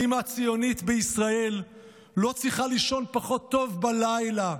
האימא הציונית בישראל לא צריכה לישון פחות טוב בלילה.